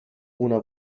una